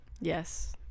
Yes